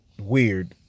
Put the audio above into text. weird